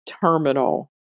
Terminal